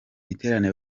giterane